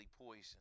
poison